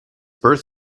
birth